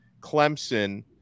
Clemson